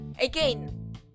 again